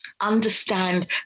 understand